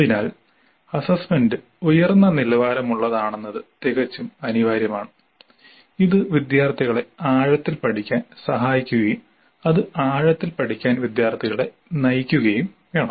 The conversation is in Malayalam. അതിനാൽ അസ്സസ്സ്മെന്റ് ഉയർന്ന നിലവാരമുള്ളതാണെന്നത് തികച്ചും അനിവാര്യമാണ് ഇത് വിദ്യാർത്ഥികളെ ആഴത്തിൽ പഠിക്കാൻ സഹായിക്കുകയും അത് ആഴത്തിൽ പഠിക്കാൻ വിദ്യാർത്ഥികളെ നയിക്കുകയും വേണം